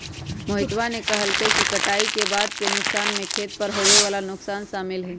मोहितवा ने कहल कई कि कटाई के बाद के नुकसान में खेत पर होवे वाला नुकसान शामिल हई